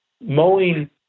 Mowing